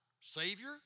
Savior